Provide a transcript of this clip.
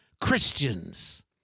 Christians